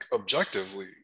objectively